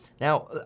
Now